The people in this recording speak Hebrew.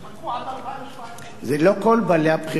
יחכו עד 2017. זה לא כל בעלי הבריכות.